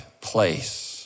place